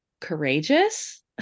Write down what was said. courageous